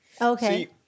Okay